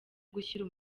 gushyira